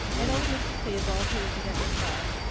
and old mrs. theobald, who had begun to cry.